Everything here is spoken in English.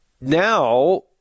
now